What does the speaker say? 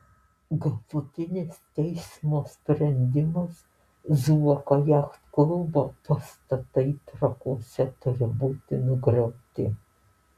galutinis teismo sprendimas zuoko jachtklubo pastatai trakuose turi būti nugriauti